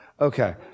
Okay